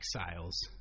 exiles